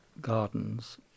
gardens